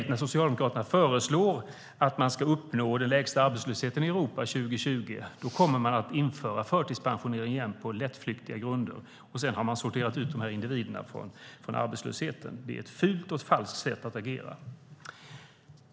När Socialdemokraterna föreslår att man ska uppnå den lägsta arbetslösheten i Europa 2020 är det så bedrägligt att man kommer att återinföra förtidspensionering på lättflyktiga grunder. Sedan har man sorterat ut de här individerna från arbetslösheten. Det är ett fult och falskt sätt att agera.